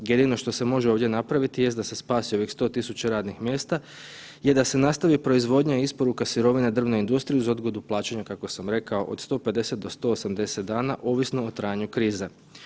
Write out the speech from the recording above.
Jedino što se može ovdje napraviti jest da se spasi ovih 100 tisuća radnih mjesta je da se nastavi proizvodnja i isporuka sirovina drvne industrije uz odgodu plaćanja, kako sam rekao, od 150 do 180 dana, ovisno o trajanju krize.